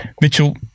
Mitchell